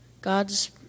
God's